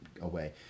away